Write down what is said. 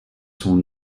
son